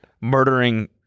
murdering